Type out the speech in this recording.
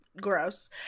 gross